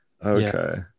Okay